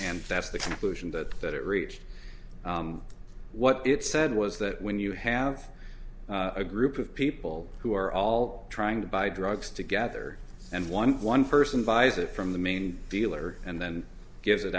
and that's the conclusion that that it reached what it said was that when you have a group of people who are all trying to buy drugs together and one one person buys it from the main dealer and then gives it